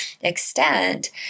extent